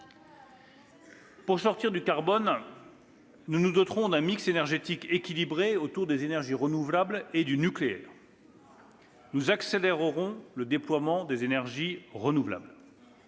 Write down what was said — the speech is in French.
Pour sortir du carbone, nous nous doterons d'un mix énergétique équilibré autour des énergies renouvelables et du nucléaire. Nous accélérerons le déploiement des énergies renouvelables.